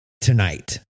tonight